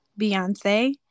Beyonce